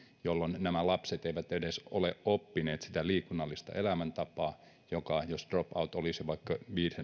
jolloin nämä lapset eivät edes ole oppineet sitä liikunnallista elämäntapaa toisin kuin jos dropout olisi vaikka